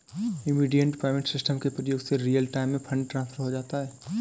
immediate payment system के प्रयोग से रियल टाइम में फंड ट्रांसफर हो जाता है